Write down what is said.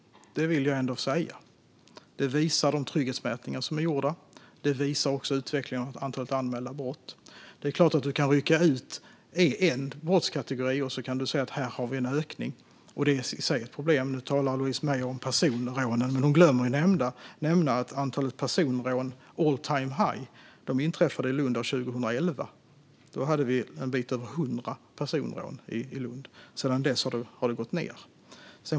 Det vill jag ändå säga. Det visar gjorda trygghetsmätningar, och det visar också utvecklingen av antalet anmälda brott. Det är klart att man kan rycka ut en brottskategori och säga att det här finns en ökning, och det är i sig ett problem. Nu talar Louise Meijer om personrånen, men hon glömmer att nämna att antalet personrån all-time-high inträffade i Lund år 2011. Då var det en bit över 100 personrån i Lund. Sedan dess har de gått ned.